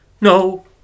No